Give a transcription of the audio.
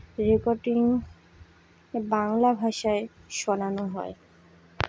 recording Bangla ভাষায় শোনানো হয়